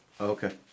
Okay